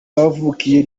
bavukiye